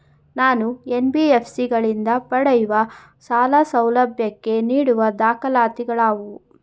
ನಾನು ಎನ್.ಬಿ.ಎಫ್.ಸಿ ಗಳಿಂದ ಪಡೆಯುವ ಸಾಲ ಸೌಲಭ್ಯಕ್ಕೆ ನೀಡುವ ದಾಖಲಾತಿಗಳಾವವು?